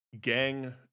gang